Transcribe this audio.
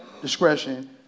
discretion